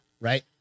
Right